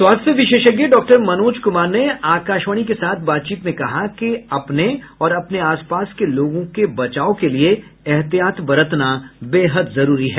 स्वास्थ्य विशेषज्ञ डॉ मनोज कुमार ने आकाशवाणी के साथ बातचीत में कहा कि अपने और अपने आसपास के लोगों के बचाव के लिए एहतियात बरतना जरूरी है